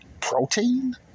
protein